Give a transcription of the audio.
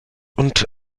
und